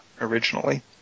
originally